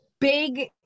big